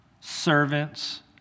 servants